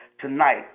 tonight